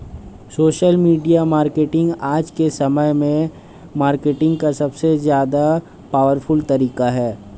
social media marketing आज के समय में मार्केटिंग का सबसे ज्यादा पॉवरफुल तरीका है